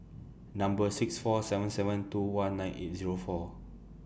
Number six four seven seven two one nine eight Zero four